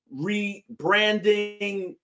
rebranding